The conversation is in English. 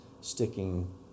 sticking